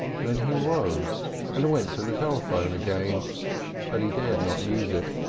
then he rose and went to the telephone again but he dared not use it,